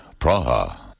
Praha